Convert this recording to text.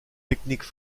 techniques